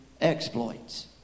exploits